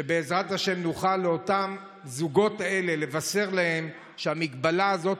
שבעזרת השם נוכל לבשר אותם הזוגות שהמגבלה הזאת